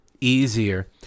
easier